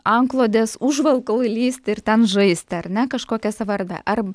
antklodės užvalkalu įlįsti ir ten žaisti ar ne kažkokia savo erdve ar